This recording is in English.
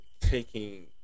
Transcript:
taking